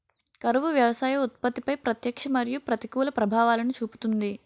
కరువు వ్యవసాయ ఉత్పత్తిపై ప్రత్యక్ష మరియు ప్రతికూల ప్రభావాలను చూపుతుంది